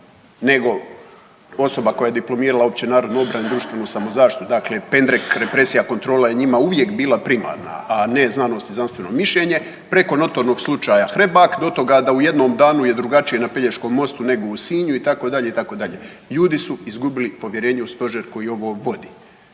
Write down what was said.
nego osoba koja je diplomirala ONO i DSZ dakle pendrek, represija, kontrola je njima uvijek bila primarna, a ne znanost i znanstveno mišljenje preko notornog slučaja Hrebak do toga da u jednom danu je drugačije na Pelješkom mostu nego u Sinju itd., itd. Ljudi su izgubili povjerenje u stožer koji ovo vodi.